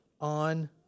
on